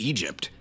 Egypt